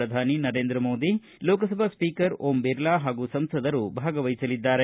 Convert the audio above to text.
ಪ್ರಧಾನಿ ನರೇಂದ್ರ ಮೋದಿ ಲೋಕಸಭಾ ಸ್ವೀಕರ್ ಓಂ ಬಿರ್ಲಾ ಹಾಗೂ ಸಂಸದರು ಭಾಗವಹಿಸಲಿದ್ದಾರೆ